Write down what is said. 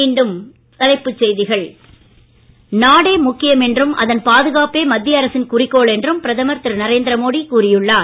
மீண்டும் தலைப்புச் செய்திகள் நாடே முக்கியம் என்றும் அதன் பாதுகாப்பே மத்திய அரசின் குறிக்கோள் என்றும் பிரதமர் திரு நரேந்திரமோடி கூறி உள்ளார்